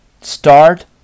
start